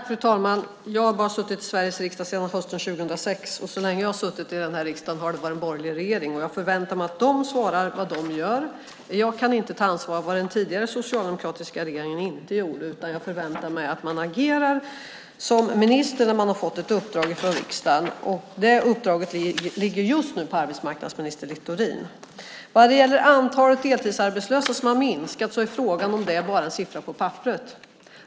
Fru talman! Jag har suttit i Sveriges riksdag bara sedan hösten 2006. Så länge jag har suttit i den här riksdagen har det varit en borgerlig regering, och jag förväntar mig att de svarar för vad de gör. Jag kan inte ta ansvar för vad den tidigare, socialdemokratiska regeringen inte gjorde. Men jag förväntar mig att man agerar som minister när man har fått ett uppdrag från riksdagen, och detta uppdrag ligger just nu på arbetsmarknadsminister Littorin. Vad gäller antalet deltidsarbetslösa som har minskat är frågan om det bara är en siffra på papperet.